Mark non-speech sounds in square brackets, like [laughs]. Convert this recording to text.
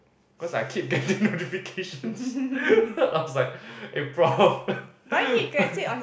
cause I keep getting notifications I was like [laughs] eh prof